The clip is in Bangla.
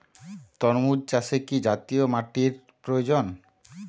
তরমুজ চাষে কি জাতীয় মাটির প্রয়োজন?